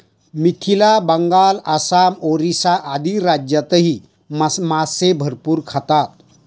मिथिला, बंगाल, आसाम, ओरिसा आदी राज्यांतही मासे भरपूर खातात